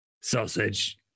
Sausage